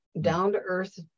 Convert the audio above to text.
down-to-earth